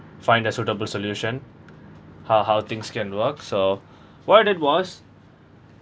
find a suitable solution how how things can work so what I did was